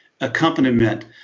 accompaniment